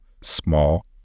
small